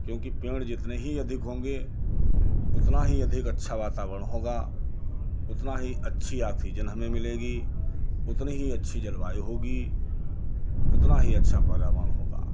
क्योंकि पेड़ जितने ही अधिक होंगे उतना ही अधिक अच्छा वातावरण होगा उतना ही अच्छी ऑक्सीजन हमें मिलेगी उतनी ही अच्छी जलवायु होगी उतना ही अच्छा पर्यावरण होगा